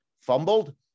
fumbled